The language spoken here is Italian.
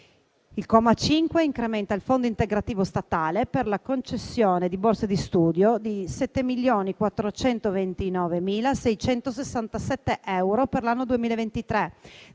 Il comma 5 incrementa il fondo integrativo statale per la concessione di borse di studio di 7.429.667 euro per l'anno 2023,